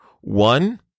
One